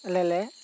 ᱟᱞᱮᱞᱮ